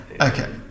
Okay